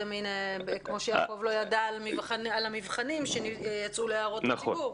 כמו שיעקב לא ידע על המבחנים שיצאו להערות הציבור.